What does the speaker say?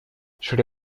шри